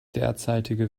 derzeitige